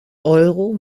euro